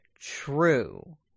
true